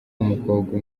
w’umukobwa